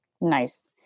Nice